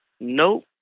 nope